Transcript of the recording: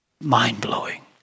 Mind-blowing